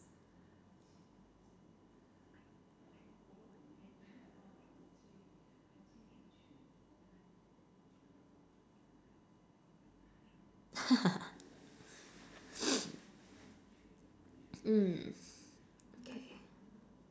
mm okay